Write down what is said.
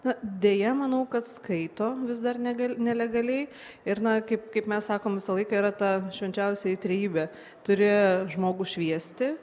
na deja manau kad skaito vis dar negal nelegaliai ir na kaip kaip mes sakom visą laiką yra ta švenčiausioji trejybė turi žmogų šviesti